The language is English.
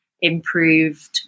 improved